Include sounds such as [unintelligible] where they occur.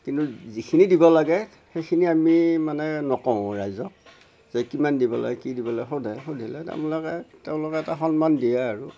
কিন্তু যিখিনি দিব লাগে সেইখিনি আমি মানে নকওঁ ৰাইজক যে কিমান দিব লাগে কি দিব লাগে সোধে সুধিলে [unintelligible] তেওঁলোকে এটা সন্মান দিয়ে আৰু